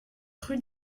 rue